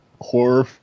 horror